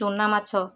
ଚୁନାମାଛ